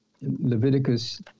Leviticus